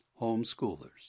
homeschoolers